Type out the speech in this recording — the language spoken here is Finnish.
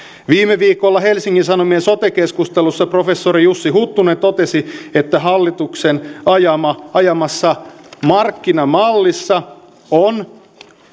viime viikolla helsingin sanomien sote keskustelussa professori jussi huttunen totesi että hallituksen ajamassa ajamassa markkinamallissa on